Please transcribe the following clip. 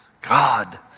God